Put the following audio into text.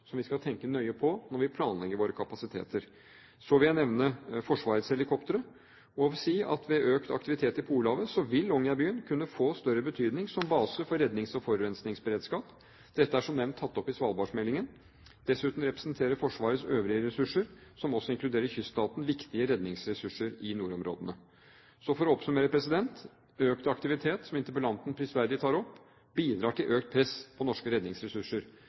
som vi skal tenke nøye på når vi planlegger våre kapasiteter. Så vil jeg nevne Forsvarets helikoptre og si at ved økt aktivitet i Polhavet vil Longyearbyen kunne få større betydning som base for rednings- og forurensningsberedskap. Dette er, som nevnt, tatt opp i svalbardmeldingen. Dessuten representerer Forsvarets øvrige ressurser, som også inkluderer Kystvakten, viktige redningsressurser i nordområdene. For å oppsummere: Økt aktivitet – som interpellanten prisverdig tar opp – bidrar til økt press på norske redningsressurser.